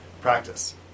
practice